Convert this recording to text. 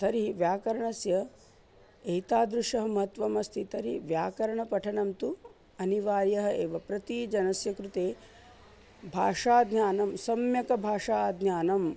तर्हि व्याकरणस्य एतादृशं महत्वम् अस्ति तर्हि व्याकरणपठनं तु अनिवार्यः एव प्रतिजनस्य कृते भाषाज्ञानं सम्यक् भाषाज्ञानम्